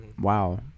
Wow